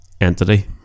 entity